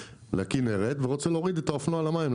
לכנרת ורוצה להוריד את האופנוע למים,